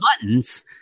buttons